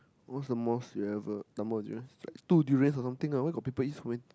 what's the most you ever number of durians like two durians or something lah where got people eat so many